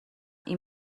این